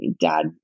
dad